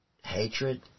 hatred